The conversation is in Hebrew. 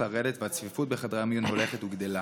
לרדת והצפיפות בחדרי המיון הולכת וגדלה.